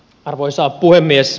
arvoisa puhemies